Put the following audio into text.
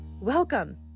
Welcome